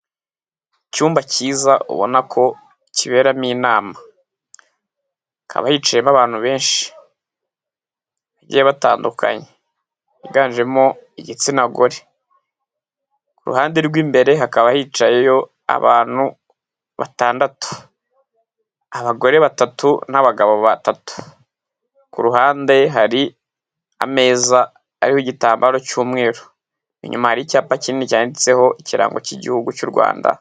Icyumba kiza ubona ko kiberamo inama, hakaba hicayemo abantu benshi bagiye batandukanye, biganjemo igitsina gore, ku ruhande rw'imbere hakaba hicayeyo abantu batandatu, abagore batatu n'abagabo batatu, ku ruhande hari ameza ariho igitambaro cy'umweru, inyuma hari icyapa kinini cyanditseho ikirango cy'igihugu cy'u Rwanda.